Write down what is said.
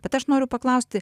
bet aš noriu paklausti